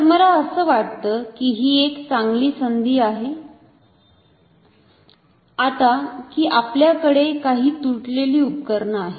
तर मला असं वाटतं कि ही एक चांगली संधी आहे आता की आपल्याकडे काही तुटलेली उपकरणं आहेत